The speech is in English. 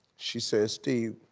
she said, steve,